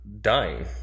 dying